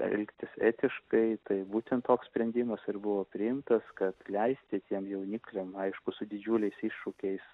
elgtis etiškai tai būtent toks sprendimas ir buvo priimtas kad leisti tiem jaunikliam aišku su didžiuliais iššūkiais